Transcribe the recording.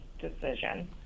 decision